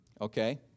okay